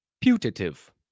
Putative